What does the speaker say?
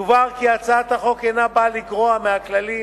יובהר כי הצעת החוק אינה באה לגרוע מהכללים